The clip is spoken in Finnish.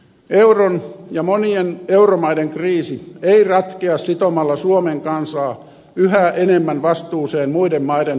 euron ja monien euromaiden kriisi ei ratkea sitomalla suomen kansaa yhä enemmän vastuuseen muiden maiden hulvattomista veloista